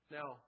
Now